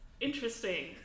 Interesting